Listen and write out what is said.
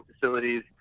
facilities